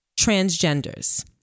transgenders